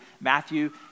Matthew